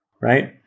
right